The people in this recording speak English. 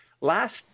last